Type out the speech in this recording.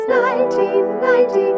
1990